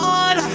on